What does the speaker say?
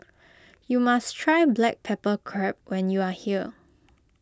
you must try Black Pepper Crab when you are here